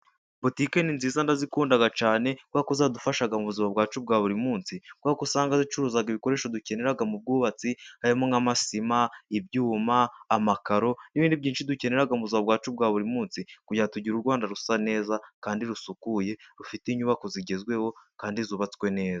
Butike ni nziza ndazikunda cyane kubera ko zadufashaga mu buzima bwacu bwa buri munsi kuko usanga zicuruza ibikoresho dukenera mu bwubatsi harimo nk'amasima, ibyuma, amakaro n'ibindi byinshi dukenera mu buzima bwacu bwa buri munsi kugira NGO tugire u Rwanda rusa neza kandi rusukuye rufite inyubako zigezweho kandi zubatswe neza.